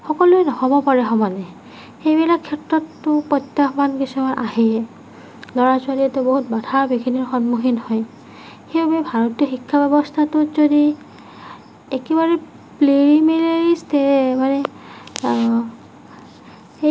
সকলোৰে নহ'ব পাৰে সমানে সেইবিলাক ক্ষেত্ৰতো প্ৰত্যাহ্বান কিছুমান আহেই ল'ৰা ছোৱালীয়ে বহুত বাধা বিঘিনিৰ সন্মুখীন হয় সেইবাবে ভাৰতীয় শিক্ষা ব্যৱস্থাটোত যদি একেবাৰে প্ৰীলিমিনাৰী ষ্টেজ মানে